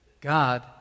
God